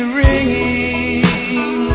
ringing